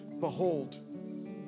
Behold